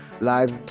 live